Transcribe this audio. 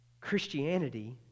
Christianity